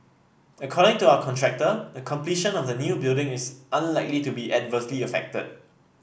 according to our contractor the completion of the new building is unlikely to be adversely affected